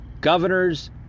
governors